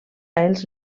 els